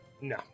No